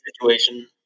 situation